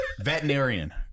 Veterinarian